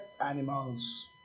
animals